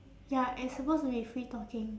ya and supposed to be free talking